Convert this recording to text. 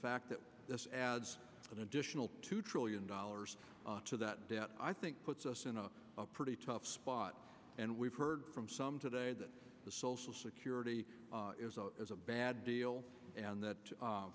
fact that this adds an additional two trillion dollars to that debt i think puts us in a pretty tough spot and we've heard from some today that the social security is a bad deal and that